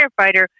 firefighter